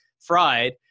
fried